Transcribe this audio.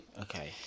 Okay